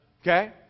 Okay